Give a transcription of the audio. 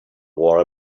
wore